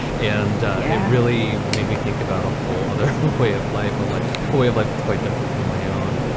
and it really made me think about a whole other cool way of life or like a way of life that's quite different from my own.